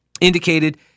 indicated